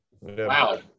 Wow